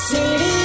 City